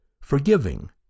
forgiving